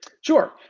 Sure